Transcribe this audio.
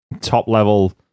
top-level